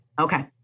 Okay